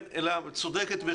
את צודקת.